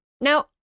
Now